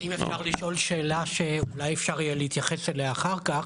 אם אפשר לשאול שאלה שאולי יהיה אפשר להתייחס אליה אחר כך,